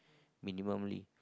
minimally